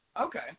Okay